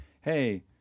Hey